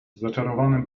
zaczarowanym